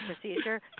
procedure